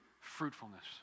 Fruitfulness